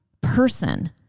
person